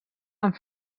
amb